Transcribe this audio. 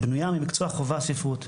בנויה ממקצוע חובה ספרות,